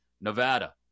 Nevada